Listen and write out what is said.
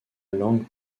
langue